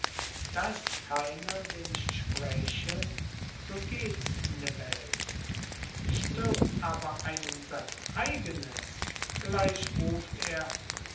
da ist keiner der nicht spräche so geht's in der welt stirbt aber einem sein eigenes gleich ruft er